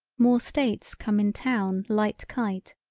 more states come in town light kite,